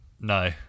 No